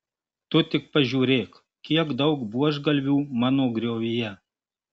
tu tik pažiūrėk kiek daug buožgalvių mano griovyje